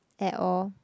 at all